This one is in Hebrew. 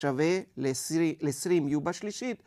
שווה ל-20 u בשלישית.